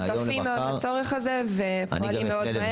שותפים מאוד לצורך הזה ופועלים מאוד מהר.